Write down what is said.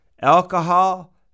alcohol